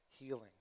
healing